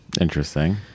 Interesting